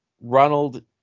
Ronald